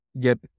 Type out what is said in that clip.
get